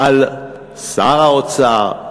על שר האוצר,